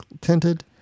tinted